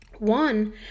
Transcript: One